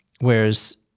whereas